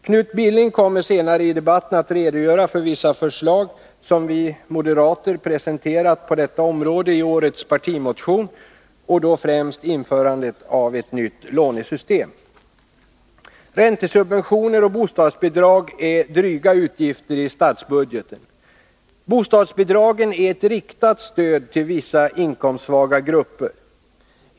Knut Billing kommer senare i debatten att redogöra för vissa förslag som vi moderater presenterat på detta område i årets partimotion, och då främst införandet av ett nytt lånesystem. Räntesubventioner och bostadsbidrag är dryga utgifter i statsbudgeten. Bostadsbidragen är ett riktat stöd till vissa inkomstsvaga grupper.